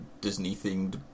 Disney-themed